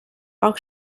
auch